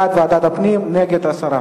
בעד, ועדת הפנים, נגד, הסרה.